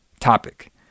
topic